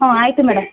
ಹಾಂ ಆಯ್ತು ಮೇಡಮ್